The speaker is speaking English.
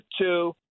two